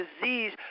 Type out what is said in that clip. disease